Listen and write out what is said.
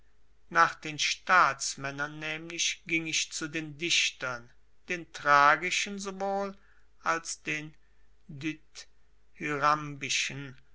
nach den staatsmännern nämlich ging ich zu den dichtern den tragischen sowohl als den